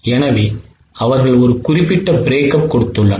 எனவே அவர்கள் ஒரு குறிப்பிட்ட பிரேக்கப் கொடுத்துள்ளனர்